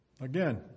Again